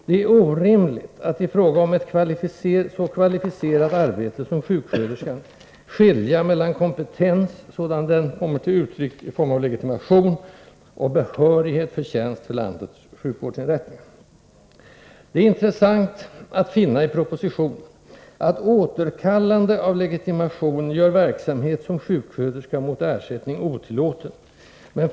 Det är orimligt att i fråga om ett så kvalificerat arbete som sjuksköterskans skilja mellan kompetens, sådan den kommer till uttryck i form av legitimation, och behörighet för tjänst vid landets sjukvårdsinrättningar. Det är intressant att i propositionen finna att återkallande av legitimation gör verksamhet som sjuksköterska mot ersättning otillåten.